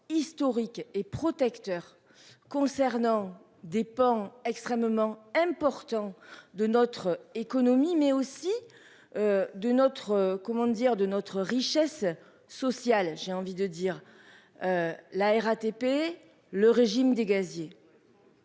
historique et protecteur. Concernant des pans extrêmement important de notre économie mais aussi. D'une autre comment dire de notre richesse sociale, j'ai envie de dire. La RATP le régime des gaziers.